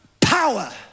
power